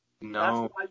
No